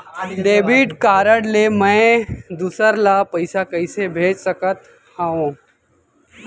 Debit card ले मैं दूसर ला पइसा कइसे भेज सकत हओं?